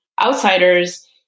outsiders